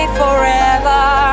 forever